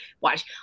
watch